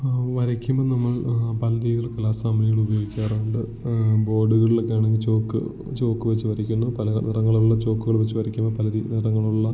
വരയ്ക്കുമ്പം നമ്മൾ ആ പല രീതിയിൽ കലാ സാമഗ്രികൾ ഉപയോഗിക്കാറുണ്ട് ബോർഡുകളിലൊക്കെ ആണെങ്കിൽ ചോക്ക് ചോക്ക് വെച്ച് വരയ്ക്കുന്നു പല നിറങ്ങളുള്ള ചോക്കുകള് വെച്ച് വരയ്ക്കുന്നു പല രീ നിറങ്ങളുള്ള